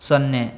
ಸೊನ್ನೆ